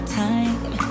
time